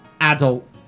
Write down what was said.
adult